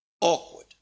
Awkward